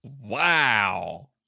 Wow